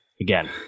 Again